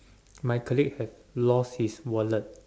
my colleague has lost his wallet